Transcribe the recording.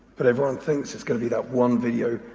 but everyone thinks it's gonna be that one video.